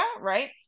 right